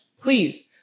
Please